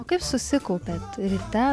o kaip susikaupiant ryte